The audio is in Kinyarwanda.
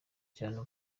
cyane